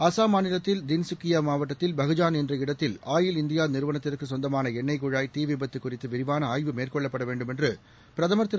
அசாம் மாநிலத்தில் தின்கக்கியா மாவட்டத்தில் பக்ஜானன் என்ற இடத்தில் ஆயில் இந்தியா நிறுவனத்திற்கு சொந்தமான எண்ணெய் குழாய் தீ விபத்து குறித்து விரிவாள ஆய்வு மேற்கொள்ளப்பட வேண்டும் என்று பிரதமர் திரு